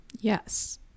Yes